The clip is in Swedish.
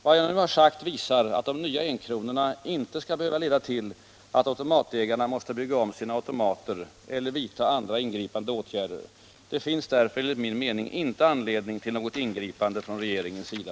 Vad jag nu har sagt visar att de nya enkronorna inte skall behöva leda till att automatägarna måste bygga om sina automater eller vidta andra ingripande åtgärder. Det finns därför enligt min mening inte anledning till något ingripande från regeringens sida.